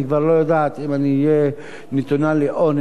אני כבר לא יודעת אם אני אהיה נתונה לאונס,